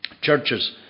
churches